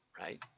right